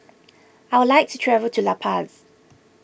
I would like to travel to La Paz